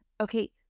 okay